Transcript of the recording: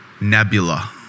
Nebula